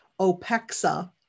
OPEXA